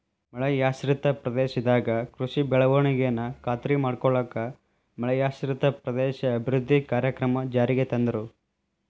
ಮಳೆಯಾಶ್ರಿತ ಪ್ರದೇಶದಾಗ ಕೃಷಿ ಬೆಳವಣಿಗೆನ ಖಾತ್ರಿ ಮಾಡ್ಕೊಳ್ಳಾಕ ಮಳೆಯಾಶ್ರಿತ ಪ್ರದೇಶ ಅಭಿವೃದ್ಧಿ ಕಾರ್ಯಕ್ರಮ ಜಾರಿಗೆ ತಂದ್ರು